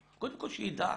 קודם כל שיידע,